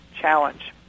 challenge